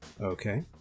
Okay